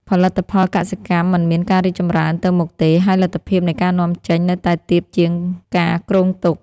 ផលិតផលកសិកម្មមិនមានការរីកចម្រើនទៅមុខទេ ហើយលទ្ធភាពនៃការនាំចេញនៅតែទាបជាងការគ្រោងទុក។